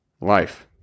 life